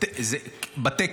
זה בתקן.